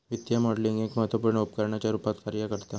वित्तीय मॉडलिंग एक महत्त्वपुर्ण उपकरणाच्या रुपात कार्य करता